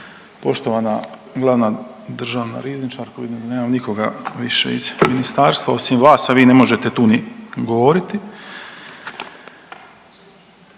poštovana glavna državna rizničarko i nemam nikoga više iz ministarstva osim vas, a vi ne možete tu ni govoriti.